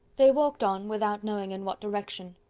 they walked on, without knowing in what direction.